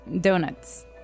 donuts